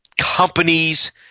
companies